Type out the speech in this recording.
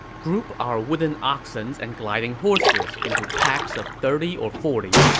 group our wooden oxens and gliding horses into packs of thirty or forty.